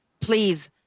Please